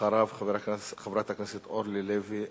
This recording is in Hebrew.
אחריו, חברת הכנסת אורלי לוי אבקסיס,